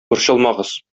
борчылмагыз